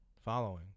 following